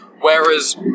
Whereas